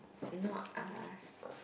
not I ask